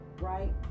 right